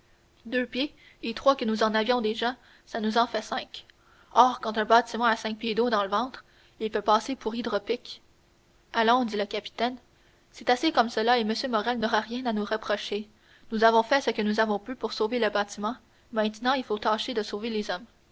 deux pieds et trois que nous avions déjà ça nous en fait cinq or quand un bâtiment a cinq pieds d'eau dans le ventre il peut passer pour hydropique allons dit le capitaine c'est assez comme cela et m morrel n'aura rien à nous reprocher nous avons fait ce que nous avons pu pour sauver le bâtiment maintenant il faut tâcher de sauver les hommes